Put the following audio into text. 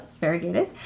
variegated